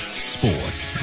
sports